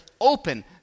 open